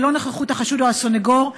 ללא נוכחות החשוד או הסנגור,